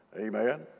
Amen